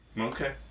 Okay